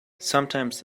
sometimes